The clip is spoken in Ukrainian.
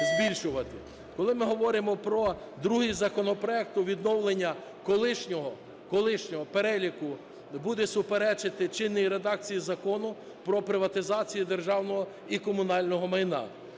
Коли ми говоримо про другий законопроект про відновлення колишнього переліку, буде суперечити чинній редакції Закону "Про приватизацію державного і комунального майна".